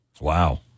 Wow